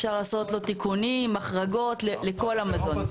אפשר לעשות לו תיקונים, החרגות לכל המזון.